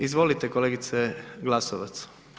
Izvolite kolegice Glasovac.